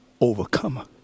overcomer